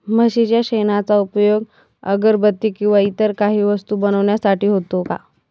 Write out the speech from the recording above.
म्हशीच्या शेणाचा उपयोग अगरबत्ती किंवा इतर काही वस्तू बनविण्यासाठी होतो का?